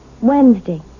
Wednesday